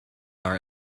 our